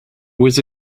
was